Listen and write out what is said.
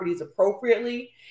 appropriately